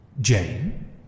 Jane